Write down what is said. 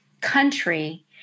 country